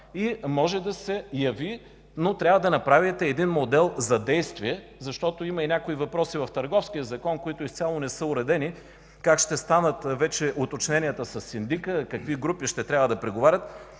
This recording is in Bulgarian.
и може да се яви, но трябва да направите един модел за действие, защото има някои въпроси и в Търговския закон, които изцяло не са уредени – как ще станат уточненията със синдика, какви групи ще трябва да преговарят.